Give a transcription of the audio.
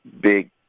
big